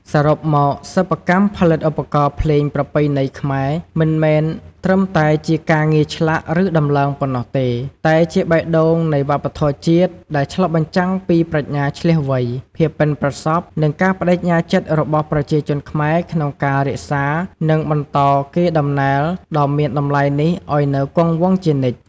សរុបមក សិប្បកម្មផលិតឧបករណ៍ភ្លេងប្រពៃណីខ្មែរមិនមែនត្រឹមតែជាការងារឆ្លាក់ ឬដំឡើងប៉ុណ្ណោះទេ តែជាបេះដូងនៃវប្បធម៌ជាតិ ដែលឆ្លុះបញ្ចាំងពីប្រាជ្ញាឈ្លាសវៃ ភាពប៉ិនប្រសប់ និងការប្តេជ្ញាចិត្តរបស់ប្រជាជនខ្មែរក្នុងការរក្សា និងបន្តកេរដំណែលដ៏មានតម្លៃនេះឱ្យនៅគង់វង្សជានិច្ច។